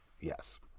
Yes